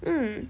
mm